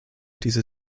diese